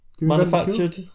manufactured